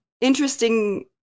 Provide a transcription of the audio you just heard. interesting